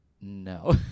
no